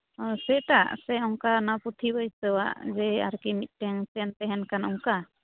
ᱚ ᱥᱮᱴᱟᱜ ᱥᱮ ᱚᱱᱠᱟ ᱚᱱᱟ ᱯᱩᱸᱛᱷᱤ ᱵᱟᱹᱭᱥᱟᱹᱣᱟᱜ ᱡᱮ ᱟᱨᱠᱤ ᱢᱤᱫᱴᱮᱱ ᱪᱮᱱ ᱛᱟᱦᱮᱱ ᱠᱟᱱ ᱚᱱᱠᱟ